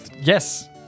yes